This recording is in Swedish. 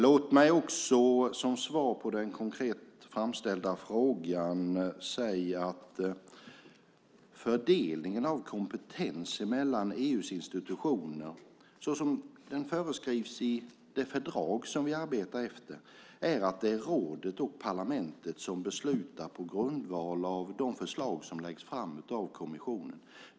Låt mig också som svar på den konkret framställda frågan säga att fördelningen av kompetenser mellan EU:s institutioner såsom den föreskrivs i det fördrag vi arbetar efter är att rådet och parlamentet beslutar på grundval av de förslag som läggs fram av kommissionen.